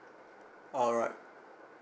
alright